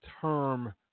term